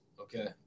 Okay